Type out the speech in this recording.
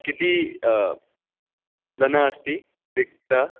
कति धनम् अस्ति रिक्तस्य